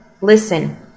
Listen